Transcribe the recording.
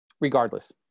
regardless